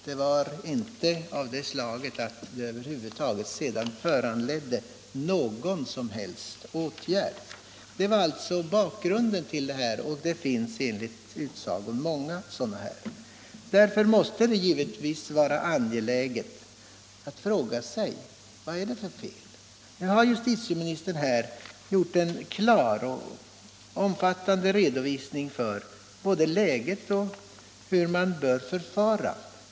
Det var inget brott och polisernas ingrepp föranledde sedan ingen ytterligare åtgärd. Detta är alltså bakgrunden till min fråga. Det har enligt utsago inträffat många sådana här fall. Det är därför angeläget att fråga sig vad det är som är fel. Justitieministern har här lämnat en klar och omfattande redovisning av läget och av hur man bör förfara.